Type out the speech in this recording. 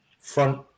Front